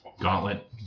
Gauntlet